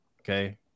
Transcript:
okay